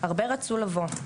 הרבה רצו לבוא,